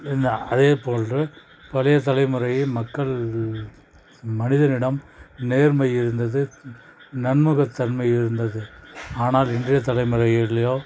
இந்த அதே போன்று பழைய தலைமுறையில் மக்கள் மனிதனிடம் நேர்மை இருந்தது நன்முகத்தன்மை இருந்தது ஆனால் இன்றைய தலைமுறையிலியோ